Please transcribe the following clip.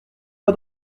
moi